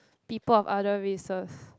people of other races